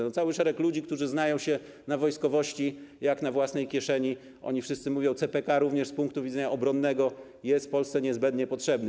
Jest cały szereg ludzi, którzy znają się na wojskowości jak na własnej kieszeni, i oni wszyscy mówią: CPK również z punktu widzenia obronnego jest w Polsce niezbędnie potrzebny.